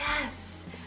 Yes